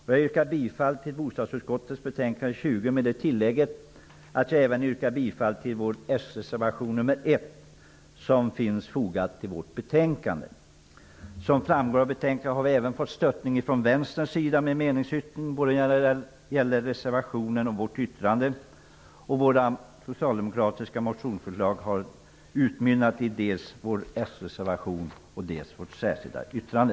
Jag yrkar bifall till hemställan i bostadsutskottets betänkande 20, med tillägget att jag även yrkar bifall till vår reservation som är fogad till betänkandet. Som framgår av betänkandet har vi även fått stöd från Vänsterpartiet i en meningsyttring, som gäller både reservationen och vårt särskilda yttrande. Våra socialdemokratiska motionsförslag har utmynnat i dels vår reservation, dels vårt särskilda yttrande.